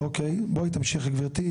אוקיי, בואי תמשיכי גברתי.